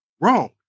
wrong